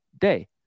day